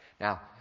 Now